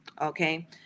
Okay